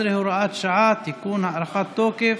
17, הוראת שעה) (תיקון) (הארכת תוקף),